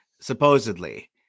Supposedly